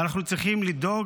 ואנחנו צריכים לדאוג,